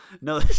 No